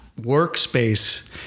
workspace